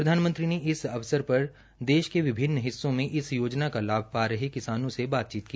प्रधानमंत्री ने इस अवसर पर देश के विभिन्न हिस्सों से इस योजना का लाभ पा रहे किसानों से बातचती की